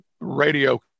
radio